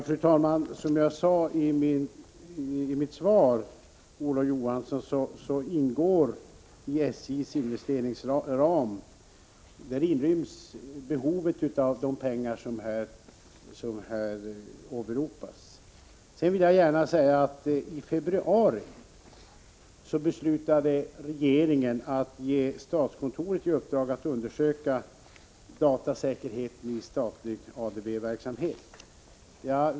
Fru talman! Som jag sade i mitt svar till Olof Johansson inryms de pengar som här åberopas i SJ:s investeringsram. Jag vill gärna tillägga att regeringen i februari beslutade att ge statskontoret i uppdrag att undersöka datasäkerheten i statlig ADB-verksamhet.